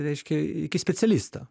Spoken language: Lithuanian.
reiškia iki specialisto